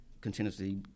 continuously